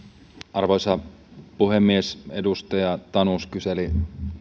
arvoisa puhemies edustaja tanus kyseli